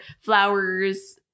flowers